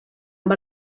amb